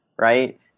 right